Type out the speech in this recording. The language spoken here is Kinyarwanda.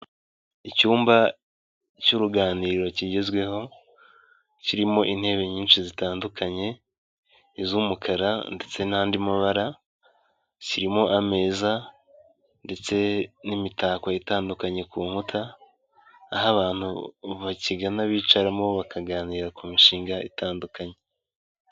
Icyumba cy'uruganiriro kigezweho, kirimo intebe nyinshi zitandukanye, iz'umukara ndetse n'andi mabara, zirimo ameza ndetse n'imitako itandukanye ku nkuta, aho abantu bakigana bicaramo, bakaganira ku mishinga itandukanye.